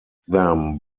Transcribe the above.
them